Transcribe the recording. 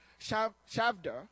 Shavda